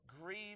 grieve